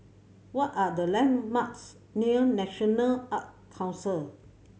what are the landmarks near National Art Council